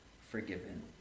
forgiven